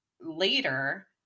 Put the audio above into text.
later